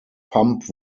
pump